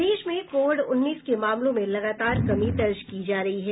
प्रदेश में कोविड उन्नीस के मामलों में लगातार कमी दर्ज की जा रही है